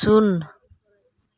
ᱥᱩᱱ